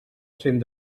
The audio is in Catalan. cent